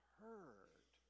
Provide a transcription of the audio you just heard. heard